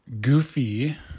goofy